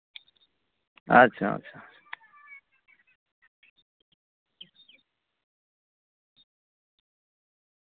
ᱟᱪᱪᱷᱟ ᱟᱪᱪᱷᱟ